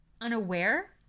unaware